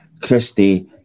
Christie